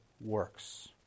works